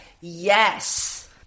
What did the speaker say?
Yes